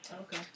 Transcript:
Okay